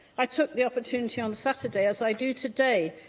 i took the opportunity on saturday, as i do today,